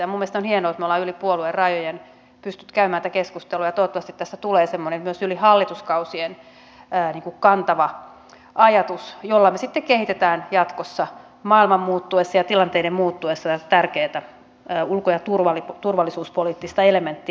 minun mielestäni on hienoa että me olemme yli puoluerajojen pystyneet käymään tätä keskustelua ja toivottavasti tästä tulee semmoinen myös yli hallituskausien kantava ajatus jolla me sitten kehitämme jatkossa maailman muuttuessa ja tilanteiden muuttuessa tätä tärkeätä ulko ja turvallisuuspoliittista elementtiä eteenpäin